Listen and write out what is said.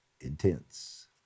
intense